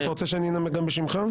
קרויזר, אתה רוצה שאני אנמק גם בשמך?